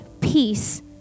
peace